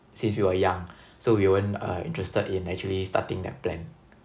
since we were young so we weren't uh interested in actually starting that plan